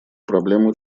проблему